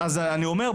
אז אני אומר,